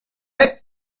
prêt